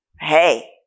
Hey